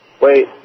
Wait